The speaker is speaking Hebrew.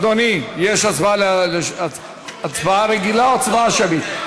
הצבעה רגילה או הצבעה שמית?